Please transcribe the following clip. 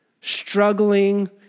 struggling